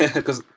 yeah because,